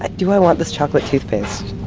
ah do i want this chocolate toothpaste?